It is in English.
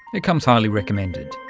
it comes highly recommended.